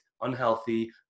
unhealthy